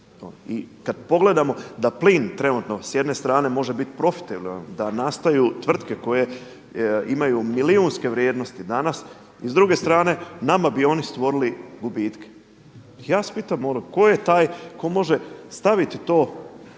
I kada pogledamo da plin trenutno s jedne strane može biti profitabilan da nastanu tvrtke koje imaju milijunske vrijednosti danas i s druge strane nama bi oni stvorili gubitke. Ja se pitam tko je tko može staviti to